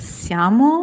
siamo